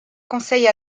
conseille